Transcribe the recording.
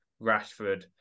Rashford